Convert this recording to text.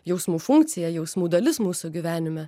jausmų funkcija jausmų dalis mūsų gyvenime